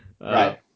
right